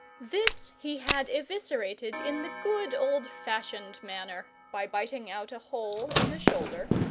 this he had eviscerated in the good old-fashioned manner, by biting out a hole in the shoulder,